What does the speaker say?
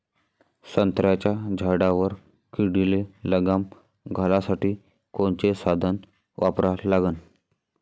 संत्र्याच्या झाडावर किडीले लगाम घालासाठी कोनचे साधनं वापरा लागन?